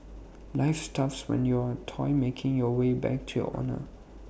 life's tough when you're A toy making your way back to your owner